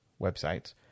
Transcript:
websites